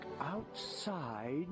outside